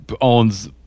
owns